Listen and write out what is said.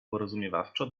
porozumiewawczo